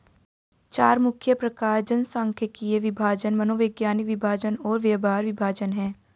चार मुख्य प्रकार जनसांख्यिकीय विभाजन, मनोवैज्ञानिक विभाजन और व्यवहार विभाजन हैं